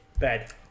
Bad